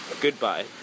Goodbye